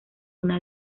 una